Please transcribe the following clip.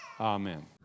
Amen